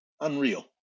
unreal